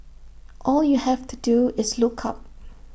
all you have to do is look up